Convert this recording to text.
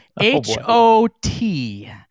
H-O-T